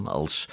als